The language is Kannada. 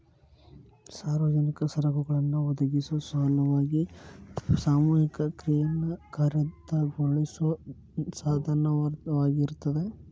ಸಾರ್ವಜನಿಕ ಸರಕುಗಳನ್ನ ಒದಗಿಸೊ ಸಲುವಾಗಿ ಸಾಮೂಹಿಕ ಕ್ರಿಯೆಯನ್ನ ಕಾರ್ಯಗತಗೊಳಿಸೋ ಸಾಧನವಾಗಿರ್ತದ